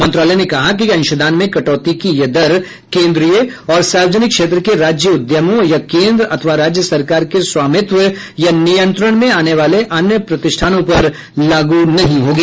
मंत्रालय ने कहा कि अंशदान में कटौती की यह दर केन्द्रीय और सार्वजनिक क्षेत्र के राज्य उद्यमों या केन्द्र अथवा राज्य सरकार के स्वामित्व या नियंत्रण में आने वाले अन्य प्रतिष्ठानों पर लागू नहीं होगी